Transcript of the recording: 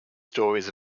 stories